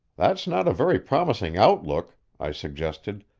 that's not a very promising outlook, i suggested,